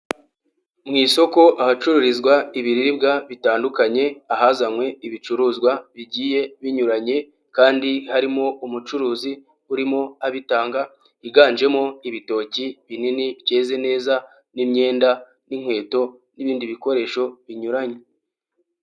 Mu isoko ahacururizwa ibiribwa bitandukanye, ahazanywe ibicuruzwa bigiye binyuranye kandi harimo umucuruzi urimo abitanga, higanjemo ibitoki binini byeze neza, n'imyenda, n'inkweto n'ibindi bikoresho binyuranye.